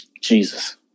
Jesus